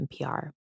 NPR